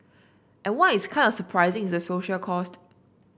and what is kind of surprising is the social cost